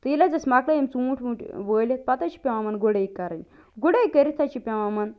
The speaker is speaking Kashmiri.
تہٕ ییٚلہِ حظ اسہِ مۄکلٲے یِم ژوٗنٛٹھۍ ووٗنٛٹھۍ ٲں وٲلِتھ پتہٕ حظ چھِ پیٚوان یِمن گُڈٲے کَرٕنۍ گُڈٲے کٔرِتھ حظ چھِ پیٚوان یِمن